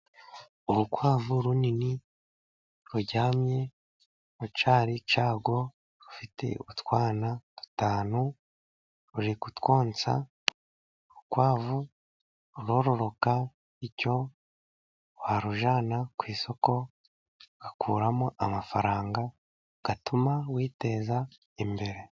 Urukwavu runini ruryamye mu cyari cyarwo， rufite utwana dutanu， ruri kutwonsa， urukwavu rurororoka，ku buryo warujyana ku isoko，ugakuramo amafaranga，atuma witeza imbere.